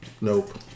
Nope